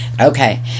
Okay